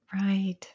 Right